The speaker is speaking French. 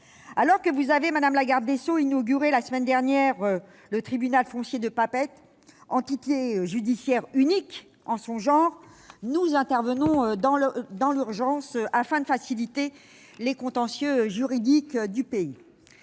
Alors que vous avez, madame la garde des sceaux, inauguré la semaine dernière le tribunal foncier de Papeete, entité judiciaire unique en son genre, nous intervenons dans l'urgence afin de faciliter le traitement des contentieux juridiques en